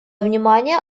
внимание